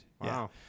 Wow